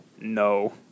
No